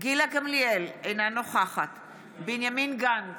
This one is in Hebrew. גילה גמליאל, אינה נוכחת בנימין גנץ,